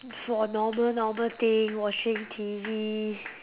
for normal normal thing watching T_V